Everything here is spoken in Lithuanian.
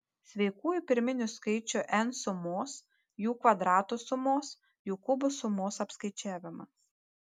sveikųjų pirminių skaičių n sumos jų kvadratų sumos jų kubų sumos apskaičiavimas